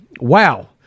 wow